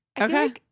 Okay